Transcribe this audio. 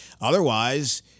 otherwise